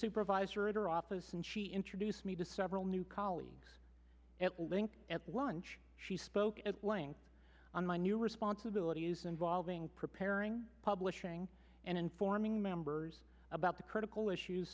supervisor in her office and she introduced me to several new colleagues at lunch she spoke at length on my new responsibilities involving preparing publishing and informing members about the critical issues